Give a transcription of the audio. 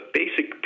basic